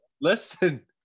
Listen